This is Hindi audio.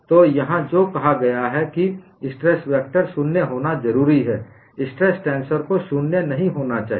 तो यहां जो कहा गया है कि स्ट्रेस वेक्टर शून्य होना जरूरी है स्ट्रेस टेंसर को शून्य नहीं होना चाहिए